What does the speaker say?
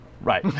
Right